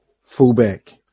Fullback